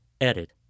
edit